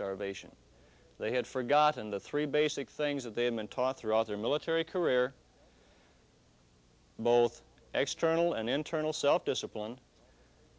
starvation they had forgotten the three basic things that they have been taught throughout their military career bold extra arnel and internal self discipline